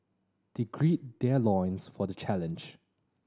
they gird their loins for the challenge